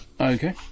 Okay